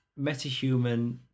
metahuman